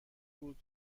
بود